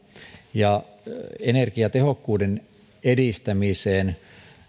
ja energiatehokkuuden edistämiseen